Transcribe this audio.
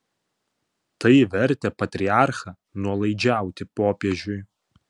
tai vertė patriarchą nuolaidžiauti popiežiui